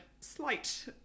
slight